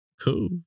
Cool